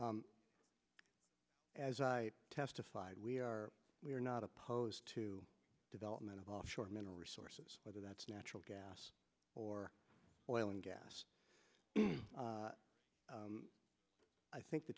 as i testified we are we are not opposed to development of offshore mineral resources whether that's natural gas or oil and gas i think the